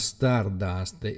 Stardust